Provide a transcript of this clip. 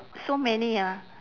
so many ah